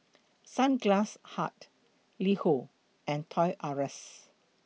Sunglass Hut LiHo and Toys R S